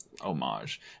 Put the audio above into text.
homage